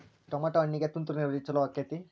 Tomato ಹಣ್ಣಿಗೆ ತುಂತುರು ನೇರಾವರಿ ಛಲೋ ಆಕ್ಕೆತಿ?